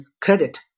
credit